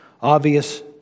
obvious